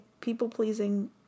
people-pleasing